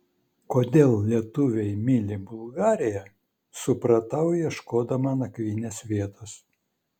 kodėl lietuviai myli bulgariją supratau ieškodama nakvynės vietos